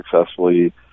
successfully